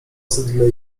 zydle